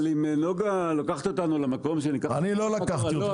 אבל אם נגה לוקחת אותנו למקום שניקח --- אני לא לקחתי אתכם,